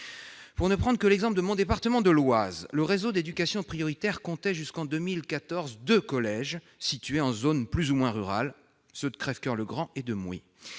Pour ne prendre que l'exemple de mon département, l'Oise, le réseau d'éducation prioritaire comptait jusqu'en 2014 deux collèges situés en zone plus ou moins rurale, ceux de Crèvecoeur-le-Grand et Mouy.